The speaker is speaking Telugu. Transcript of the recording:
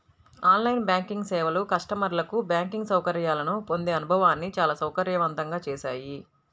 ఆన్ లైన్ బ్యాంకింగ్ సేవలు కస్టమర్లకు బ్యాంకింగ్ సౌకర్యాలను పొందే అనుభవాన్ని చాలా సౌకర్యవంతంగా చేశాయి